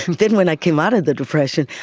then when i come out of the depression,